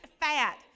fat